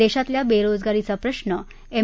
देशातल्या बेरोजगारीचा प्रश्न एम